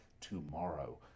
tomorrow